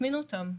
ויטמינו אותם.